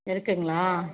இருக்குங்களா